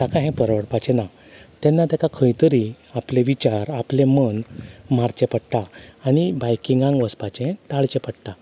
तेन्ना ताका हें परवडपाचें ना तेन्ना ताका खंयतरी आपले विचार आपलें मन मारचें पडटा आनी बायकिंगांक वचपाचें टाळचें पडटा